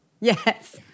Yes